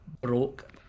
broke